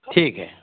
ठीक है